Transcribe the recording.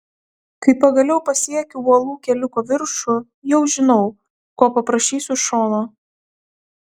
kai pagaliau pasiekiu uolų keliuko viršų jau žinau ko paprašysiu šono